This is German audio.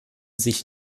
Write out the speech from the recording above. sich